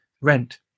rent